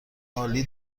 عالی